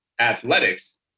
athletics